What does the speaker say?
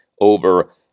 over